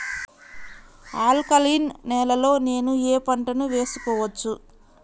Alkaline నేలలో నేనూ ఏ పంటను వేసుకోవచ్చు?